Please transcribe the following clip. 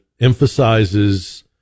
emphasizes